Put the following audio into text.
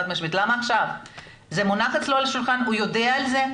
זה מונח אצלו על השולחן והוא יודע על זה,